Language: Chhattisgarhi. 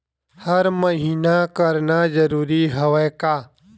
हर महीना करना जरूरी हवय का?